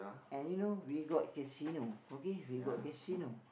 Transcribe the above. and you know we got Casino okay we got Casino